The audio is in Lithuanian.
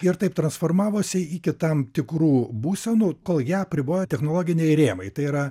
ir taip transformavosi iki tam tikrų būsenų kol ją apriboja technologiniai rėmai tai yra